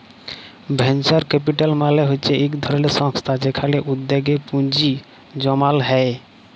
venture capital মালে হচ্যে ইক ধরলের সংস্থা যেখালে উদ্যগে পুঁজি জমাল হ্যয়ে